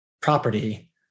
property